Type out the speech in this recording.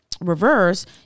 reverse